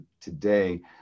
today